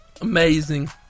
Amazing